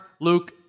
luke